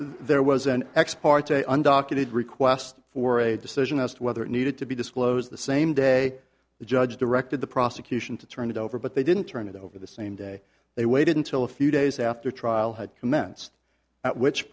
there was an ex parte undock you did request for a decision as to whether it needed to be disclosed the same day the judge directed the prosecution to turn it over but they didn't turn it over the same day they waited until a few days after trial had commenced at which